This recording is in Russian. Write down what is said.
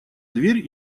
дверь